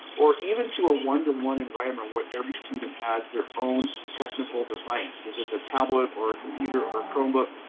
or even to a one to one environment where every student has their own technical device if it's a tablet or a computer or chromebook.